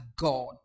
God